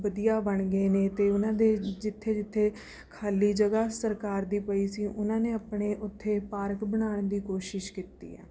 ਵਧੀਆ ਬਣ ਗਏ ਨੇ ਅਤੇ ਉਹਨਾਂ ਦੇ ਜਿੱਥੇ ਜਿੱਥੇ ਖਾਲੀ ਜਗ੍ਹਾ ਸਰਕਾਰ ਦੀ ਪਈ ਸੀ ਉਹਨਾਂ ਨੇ ਆਪਣੇ ਉੱਥੇ ਪਾਰਕ ਬਣਾਉਣ ਦੀ ਕੋਸ਼ਿਸ਼ ਕੀਤੀ ਆ